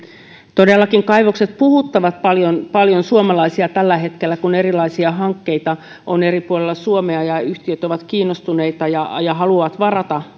todellakin kaivokset puhuttavat paljon paljon suomalaisia tällä hetkellä kun erilaisia hankkeita on eri puolilla suomea ja ja yhtiöt ovat kiinnostuneita ja haluavat varata